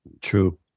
True